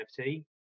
NFT